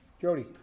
Jody